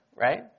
right